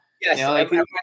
yes